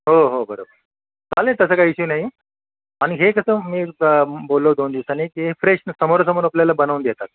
हो हो बरोबर आहे चालेल तसं काही इश्यू नाही आणि हे कसं मी बोललो द दोन दिवसानी ते फ्रेश समोरासमोर आपल्याला बनवून देतात